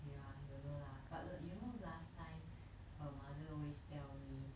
ya don't know lah but uh you know last time her mother always tell me